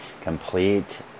complete